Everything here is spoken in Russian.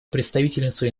представительницу